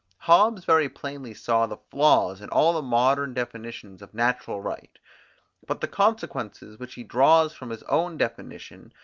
hobbes very plainly saw the flaws in all the modern definitions of natural right but the consequences, which he draws from his own definition,